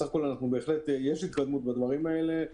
בסך הכול יש התקדמות בדברים האלה.